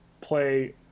play